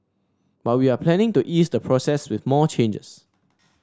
but we are planning to ease the process with more changes